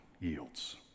yields